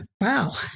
wow